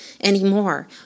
anymore